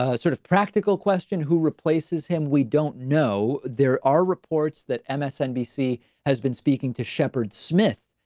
ah sort of practical question, who replaces him? we don't know there are reports that msnbc has been speaking to shepherd smith,